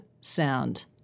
sound